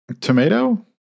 Tomato